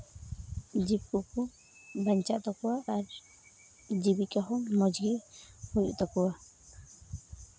ᱡᱤᱵᱽ ᱠᱚᱠᱚ ᱵᱟᱧᱪᱟᱜ ᱛᱟᱠᱚᱣᱟ ᱟᱨ ᱡᱤᱵᱤᱠᱟ ᱦᱚᱸ ᱢᱚᱡᱽᱜᱮ ᱦᱩᱭᱩᱜ ᱛᱟᱠᱚᱣᱟ